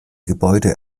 gebäude